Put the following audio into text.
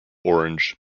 orange